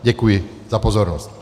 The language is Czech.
Děkuji za pozornost.